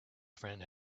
friend